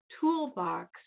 Toolbox